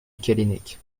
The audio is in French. callennec